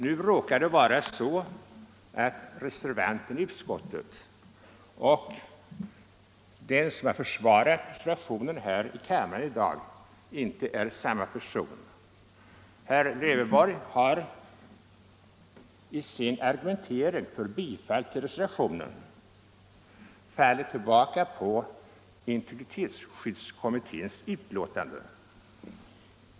Det är emellertid inte reservanten i utskottet som har försvarat reservationen här i kammaren i dag, Herr Lövenborg har i sin argumentering i dag för bifall till reservationen fallit tillbaka på integritetsskyddskommitténs betänkande.